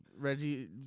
Reggie